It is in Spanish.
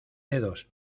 dedos